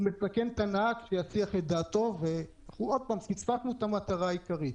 הוא מסכן את הנהג שיסיח את דעתו ושוב פספסנו את המטרה העיקרית.